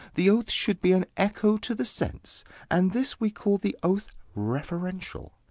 the oath should be an echo to the sense and this we call the oath referential,